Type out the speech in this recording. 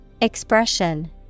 Expression